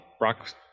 rock